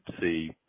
see